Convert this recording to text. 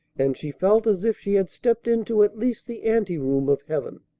and she felt as if she had stepped into at least the anteroom of heaven.